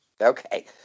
Okay